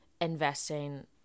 investing